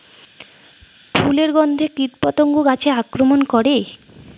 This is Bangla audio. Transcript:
ফুলের গণ্ধে কীটপতঙ্গ গাছে আক্রমণ করে?